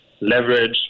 leverage